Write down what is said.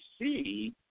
see